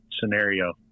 scenario